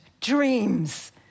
dreams